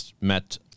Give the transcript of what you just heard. met